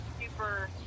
super